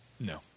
No